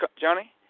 Johnny